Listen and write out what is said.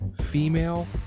female